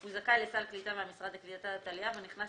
והוא זכאי לסל קליטה מהמשרד לקליטת עלייה ונכנס